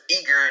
eager